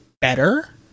better